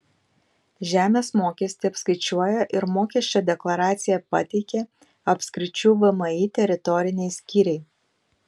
žemės mokestį apskaičiuoja ir mokesčio deklaraciją pateikia apskričių vmi teritoriniai skyriai